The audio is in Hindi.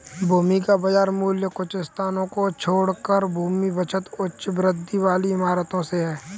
भूमि का बाजार मूल्य कुछ स्थानों को छोड़कर भूमि बचत उच्च वृद्धि वाली इमारतों से है